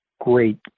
great